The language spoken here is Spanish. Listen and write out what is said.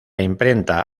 imprenta